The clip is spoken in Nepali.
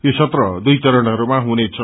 यो सत्र दुई चरणहरूमा हुनेछ